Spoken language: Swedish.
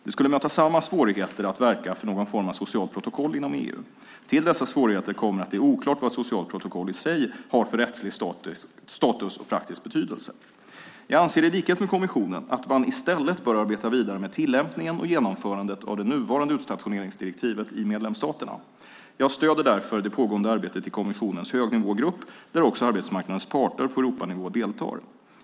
Det skulle möta samma svårigheter att verka för någon form av socialt protokoll inom EU. Till dessa svårigheter kommer att det är oklart vad ett socialt protokoll i sig har för rättslig status och praktisk betydelse. Jag anser i likhet med kommissionen att man i stället bör arbeta vidare med tillämpningen och genomförandet av det nuvarande utstationeringsdirektivet i medlemsstaterna. Jag stöder därför det pågående arbetet i kommissionens högnivågrupp där även arbetsmarknadens parter på Europanivå deltar.